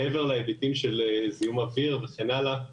מעבר להיבטים של זיהום אוויר וכן הלאה: